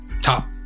top